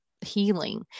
healing